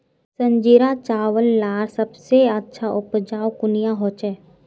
संजीरा चावल लार सबसे अच्छा उपजाऊ कुनियाँ होचए?